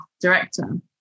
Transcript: director